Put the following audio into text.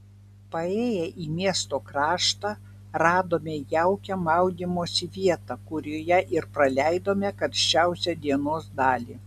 paėję į miesto kraštą radome jaukią maudymosi vietą kurioje ir praleidome karščiausią dienos dalį